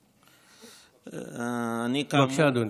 בבקשה, אדוני.